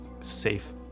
safe